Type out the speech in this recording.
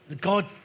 god